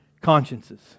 consciences